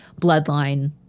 bloodline